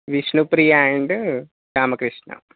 Vishnupriya and Ramakrishna